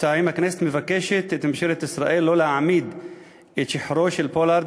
2. הכנסת מבקשת מאת ממשלת ישראל לא להעמיד את שחרורו של פולארד